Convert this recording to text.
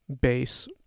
base